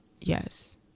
Yes